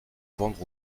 vendre